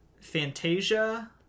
Fantasia